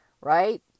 right